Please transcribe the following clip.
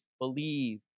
believe